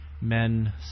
men